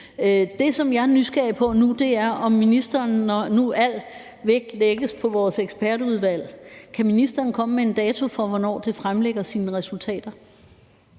Det, som jeg er nysgerrig på nu, er, om ministeren, når nu al vægten lægges på vores ekspertudvalg, kan komme med en dato for, hvornår det fremlægger sine resultater.